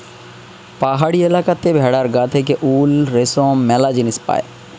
পাহাড়ি এলাকাতে ভেড়ার গা থেকে উল, রেশম ম্যালা জিনিস পায়